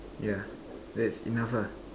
yeah that's enough ah